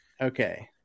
okay